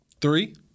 Three